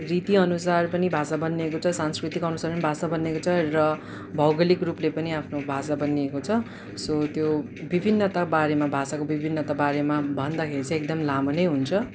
रीतिअनुसार पनि भाषा बनिएको छ सांस्कृतिकअनुसार पनि भाषा बनिएको छ र भौगोलिक रूपले पनि आफ्नो भाषा बनिएको छ सो त्यो विभिन्नता बारेमा भाषाको विभिन्नता बारेमा भन्दाखेरि चाहिँ एकदमै लामो नै हुन्छ